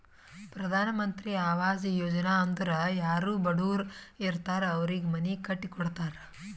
ಪ್ರಧಾನ್ ಮಂತ್ರಿ ಆವಾಸ್ ಯೋಜನಾ ಅಂದುರ್ ಯಾರೂ ಬಡುರ್ ಇರ್ತಾರ್ ಅವ್ರಿಗ ಮನಿ ಕಟ್ಟಿ ಕೊಡ್ತಾರ್